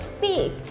big